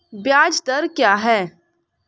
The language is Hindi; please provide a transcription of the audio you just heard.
ब्याज दर क्या है?